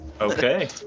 Okay